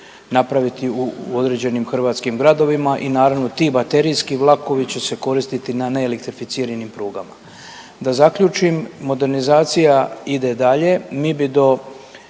napraviti u određenim hrvatskim gradovima. I naravno ti baterijski vlakovi će se koristiti na neelektrificiranim prugama. Da zaključim, modernizacija ide dalje. Mi bi do